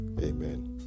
Amen